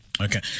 Okay